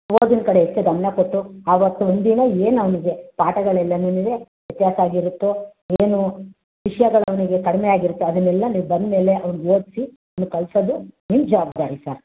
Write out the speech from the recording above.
ಓದಿನ ಕಡೆ ಹೆಚ್ಚು ಗಮನ ಕೊಟ್ಟು ಆವತ್ತು ಒಂದಿನ ಏನು ಅವನಿಗೆ ಪಾಠಗಳೆಲ್ಲನುನು ವ್ಯತ್ಯಾಸ ಆಗಿರುತ್ತೋ ಏನೂ ವಿಷಯಗಳು ಅವನಿಗೆ ಕಡಿಮೆ ಆಗಿರುತ್ತೆ ಅದನ್ನೆಲ್ಲ ನೀವು ಬಂದ ಮೇಲೆ ಅವ್ನಿಗೆ ಓದಿಸಿ ನೀವು ಕಲಿಸೋದು ನಿಮ್ಮ ಜವಬ್ದಾರಿ ಸರ್